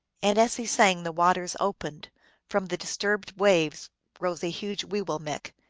and as he sang the waters opened from the disturbed waves rose a huge weewillmekq,